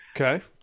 Okay